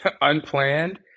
unplanned